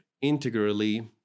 integrally